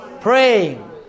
Praying